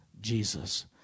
Jesus